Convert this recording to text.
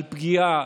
על פגיעה,